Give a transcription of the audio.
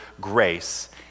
grace